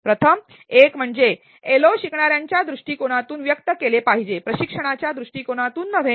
प्रथम एक म्हणजे एलओ शिकणाऱ्यांच्या दृष्टीकोनातून व्यक्त केले पाहिजेत प्रशिक्षकांच्या दृष्टीकोनातून नव्हे